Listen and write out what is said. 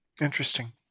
Interesting